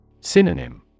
Synonym